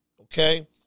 Okay